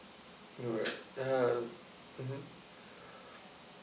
alright um mmhmm